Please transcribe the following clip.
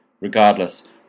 Regardless